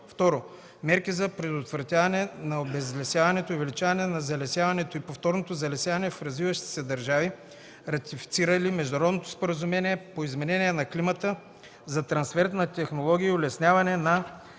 2. мерки за предотвратяване на обезлесяването и увеличаване на залесяването и повторното залесяване в развиващи се държави, ратифицирали международното споразумение по изменение на климата, за трансфер на технологии и улесняване на